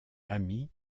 amy